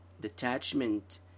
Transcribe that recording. Detachment